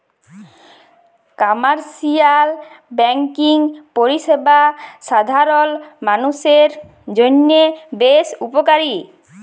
commercial banking পরিষেবা সাধারল মালুষের জন্হে বেশ উপকারী